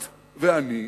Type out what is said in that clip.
את ואני,